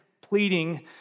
pleading